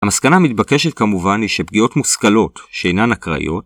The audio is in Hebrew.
המסקנה המתבקשת כמובן היא שפגיעות מושכלות שאינן אקראיות